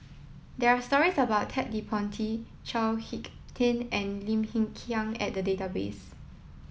there are stories about Ted De Ponti Chao Hick Tin and Lim Hng Kiang at the database